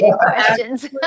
questions